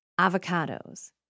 Avocados